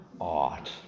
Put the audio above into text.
art